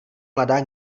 mladá